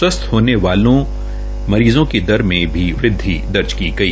स्वस्थ होने वालो मरीज़ों की दर में वृदधि दर्ज की गई